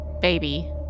baby